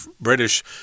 British